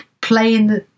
playing